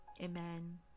amen